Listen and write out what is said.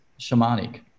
shamanic